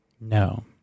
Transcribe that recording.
No